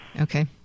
Okay